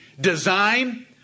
design